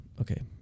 okay